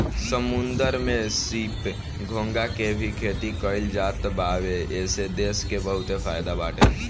समुंदर में सीप, घोंघा के भी खेती कईल जात बावे एसे देश के बहुते फायदा बाटे